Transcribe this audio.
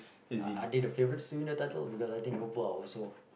are are they the favourites to win the title because I think Liverpool are also